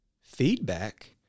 feedback